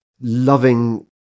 loving